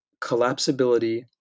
collapsibility